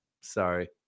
Sorry